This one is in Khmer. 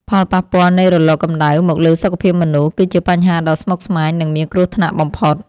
ផលប៉ះពាល់នៃរលកកម្ដៅមកលើសុខភាពមនុស្ស គឺជាបញ្ហាដ៏ស្មុគស្មាញ និងមានគ្រោះថ្នាក់បំផុត។